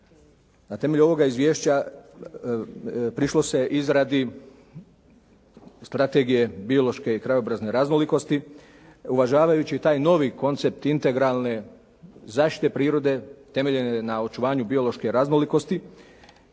na temelju ovoga izvješća, prišlo se izradi Strategije biološke i krajobrazne raznolikosti, uvažavajući taj novi koncept integralne zaštite prirode, temeljene na očuvanju biološke raznolikosti,